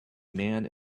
man